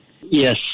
Yes